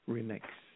Remix